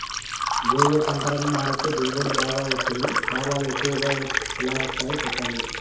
ఏ ఏ పంటలని మారిస్తే దిగుబడి బాగా వస్తుంది, లాభాలు ఎక్కువగా ఎలా వస్తాయి సెప్పండి